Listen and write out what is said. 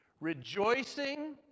Rejoicing